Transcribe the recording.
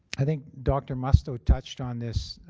i think dr. musto touched on this